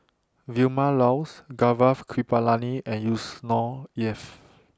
Vilma Laus Gaurav Kripalani and Yusnor Ef